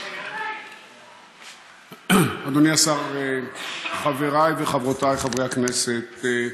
אדוני השר, חבריי וחברותיי חברי הכנסת,